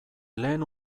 lehen